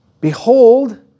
Behold